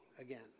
again